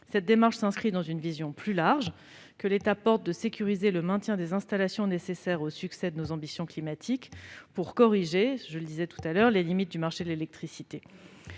Cette démarche s'inscrit dans une vision plus large de l'État, consistant à sécuriser le maintien des installations nécessaires au succès de nos ambitions climatiques afin de corriger, je l'indiquais, les imperfections du marché de l'électricité.